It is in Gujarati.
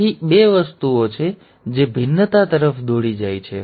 તેથી તે મેટાફેઝમાં થાય છે